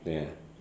ya